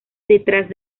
detrás